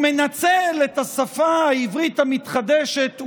והוא מנצל את השפה העברית המתחדשת,